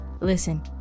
Listen